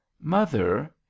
Mother